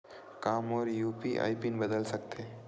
का मोर UPI PIN बदल सकथे?